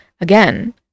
Again